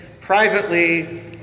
privately